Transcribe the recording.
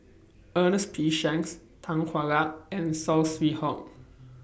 Ernest P Shanks Tan Hwa Luck and Saw Swee Hock